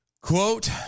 Quote